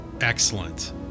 excellent